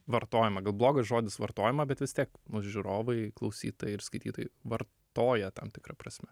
vartojimą gal blogas žodis vartojimą bet vis tiek nu žiūrovai klausytojai ir skaitytojai vartoja tam tikra prasme